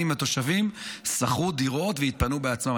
אם התושבים שכרו דירות והתפנו בעצמם.